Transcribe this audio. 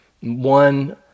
One